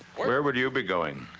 where would you be going?